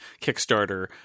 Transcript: Kickstarter